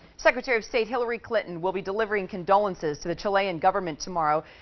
secretary of state hillary clinton will be delivering condolences to the chilean government tomorrow.